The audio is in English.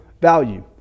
value